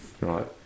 right